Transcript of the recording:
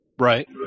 Right